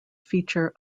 feature